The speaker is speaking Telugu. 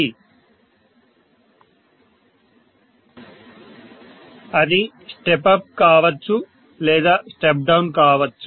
ప్రొఫెసర్ అది స్టెప్ అప్ కావచ్చు లేదా స్టెప్ డౌన్ కావచ్చు